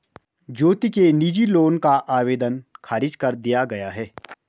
ज्योति के निजी लोन का आवेदन ख़ारिज कर दिया गया